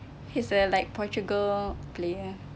he's a like portugal player